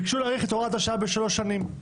ביקשו להאריך את הוראת השעה בשלוש שנים.